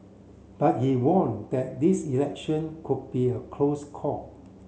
but he warned that this election could be a close call